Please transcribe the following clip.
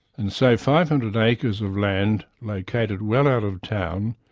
and so five hundred acres of land located well out of town,